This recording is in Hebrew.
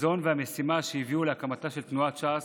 החזון והמשימה שהביאו להקמתה של תנועת ש"ס